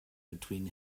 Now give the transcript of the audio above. between